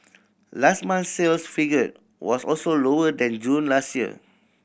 last month's sales figure was also lower than June last year